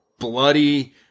bloody